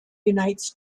unites